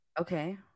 Okay